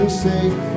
safe